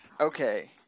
okay